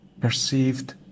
perceived